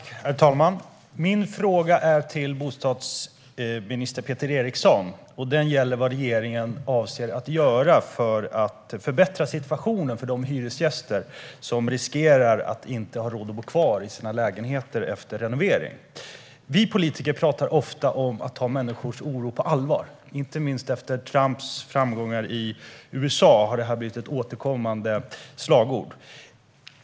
Herr talman! Min fråga är till bostadsminister Peter Eriksson. Den gäller vad regeringen avser att göra för att förbättra situationen för de hyresgäster som riskerar att inte ha råd att bo kvar i sina lägenheter efter renovering. Vi politiker talar ofta om att ta människors oro på allvar. Inte minst efter Trumps framgångar i USA har det blivit ett återkommande slagord.